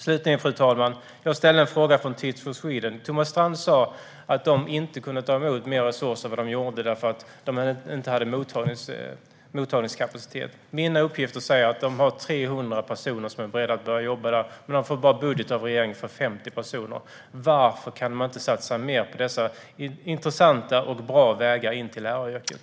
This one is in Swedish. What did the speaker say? Slutligen, fru talman, ställde jag en fråga från Teach for Sweden. Thomas Strand sa att de inte kunde ta emot mer resurser än vad de gjorde därför att de inte hade mottagningskapacitet. Mina uppgifter säger att de har 300 personer som är beredda att börja jobba där, men budgeten som de får av regeringen räcker bara till 50 personer. Varför kan man inte satsa mer på dessa intressanta och bra vägar in till läraryrket?